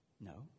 No